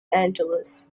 angeles